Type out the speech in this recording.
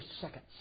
seconds